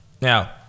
Now